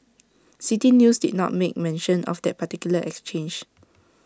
City News did not make mention of that particular exchange